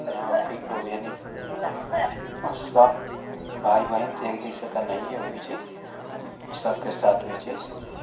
आओर की कहू यानी आब सब भाइ बहिन तऽ एक जैसे तऽ नहिये होइ छै सबके साथ होइ छै